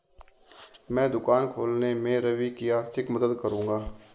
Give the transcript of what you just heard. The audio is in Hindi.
मैं दुकान खोलने में रवि की आर्थिक मदद करूंगा